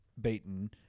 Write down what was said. beaten